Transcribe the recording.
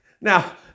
Now